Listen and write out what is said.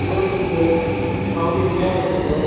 एह् ठीक ऐ आं दिक्खनै अगर दिक्खी लैओ